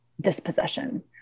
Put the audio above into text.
dispossession